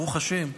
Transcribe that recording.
ברוך השם,